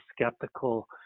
skeptical